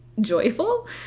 joyful